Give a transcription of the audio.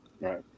Right